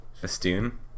festoon